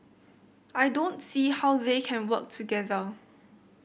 I don't see how they can work together